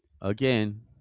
Again